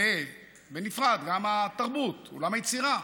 ובנפרד גם התרבות, עולם היצירה,